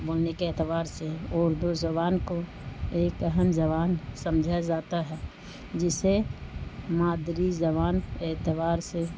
بولنے کے اعتبار سے اردو زبان کو ایک اہم زبان سمجھا جاتا ہے جسے مادری زبان ا اعتبار سے